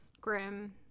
grim